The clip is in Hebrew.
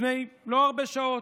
לפני לא הרבה שעות,